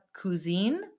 Cuisine